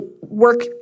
work